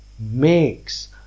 Makes